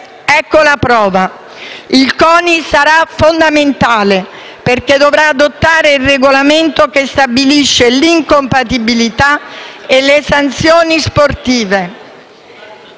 Ecco la prova. Il CONI sarà fondamentale, perché dovrà adottare il regolamento che stabilisce l'incompatibilità e le sanzioni sportive.